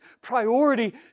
priority